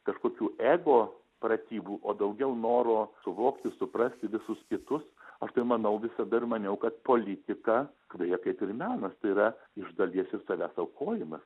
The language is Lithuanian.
kažkokių ego pratybų o daugiau noro suvokti suprasti visus kitus aš tai manau visada ir maniau kad politika beje kaip ir menas tai yra iš dalies ir savęs aukojimas